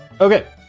Okay